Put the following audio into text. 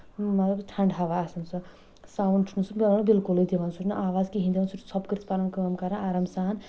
مطلب ٹھنڈٕ ہوا آسان سُہ ساوُنٛڈ چھُ نہٕ سُہ پٮ۪وان بِلکُلے دِوان سُہ چھُ نہٕ آواز کِہنۍ دِوان سُہ چھُ ژھۄپہٕ کٔرِتھ پَنُن کٲم کَران آرام سان